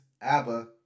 ABBA